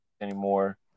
anymore